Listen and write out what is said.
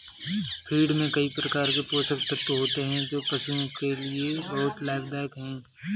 feed में कई प्रकार के पोषक तत्व होते हैं जो पशुओं के लिए बहुत लाभदायक होते हैं